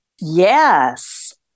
Yes